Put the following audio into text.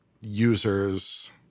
users